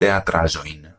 teatraĵojn